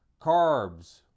carbs